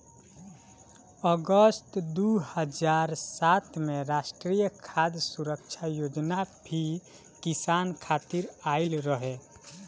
अगस्त दू हज़ार सात में राष्ट्रीय खाद्य सुरक्षा योजना भी किसान खातिर आइल रहे